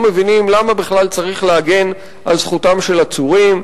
מבינים למה בכלל צריך להגן על זכותם של עצורים,